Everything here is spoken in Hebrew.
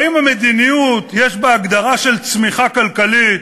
האם המדיניות, יש בה הגדרה של צמיחה כלכלית?